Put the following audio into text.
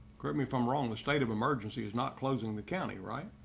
me if i'm wrong. the state of emergency is not closing the county, right.